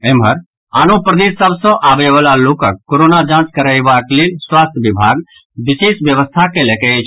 एम्हर आनो प्रदेश सभ सँ आबयवला लोकक कोरोना जांच करयबाक लेल स्वास्थ्य विभाग विशेष व्यवस्था कयलक अछि